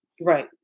Right